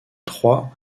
trois